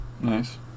Nice